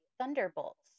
thunderbolts